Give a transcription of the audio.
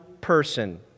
person